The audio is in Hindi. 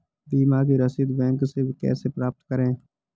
बीमा की रसीद बैंक से कैसे प्राप्त करें?